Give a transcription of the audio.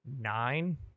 nine